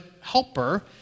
helper